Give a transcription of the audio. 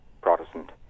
Protestant